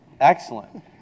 Excellent